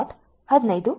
15